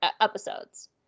episodes